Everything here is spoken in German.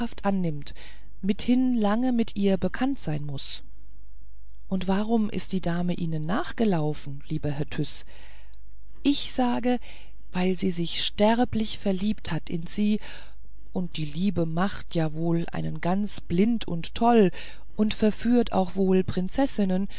annimmt mithin lange mit ihr bekannt sein muß und warum ist die dame ihnen nachgelaufen lieber herr tyß ich sage weil sie sich sterblich verliebt hat in sie und die liebe macht ja wohl einen ganz blind und toll und verführt auch wohl prinzessinnen